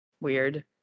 Weird